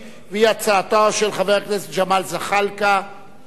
והיא הצעתו של חבר הכנסת ג'מאל זחאלקה שיעלה